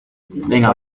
venga